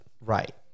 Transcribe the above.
Right